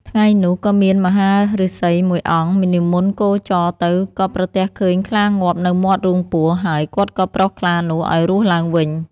ថ្ងៃនោះក៏មានមហាឫសីមួយអង្គនិមន្តគោចរទៅ ក៏ប្រទះឃើញខ្លាងាប់នៅមាត់រូងពស់ ហើយគាត់ក៏ប្រោះខ្លានោះឱ្យរស់ឡើងវិញ។